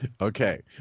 Okay